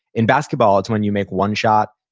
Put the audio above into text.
in basketball, it's when you make one shot,